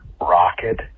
rocket